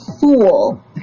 fool